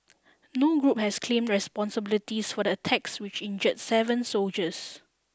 no group has claimed responsibilities for the attacks which injured seven soldiers